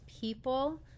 people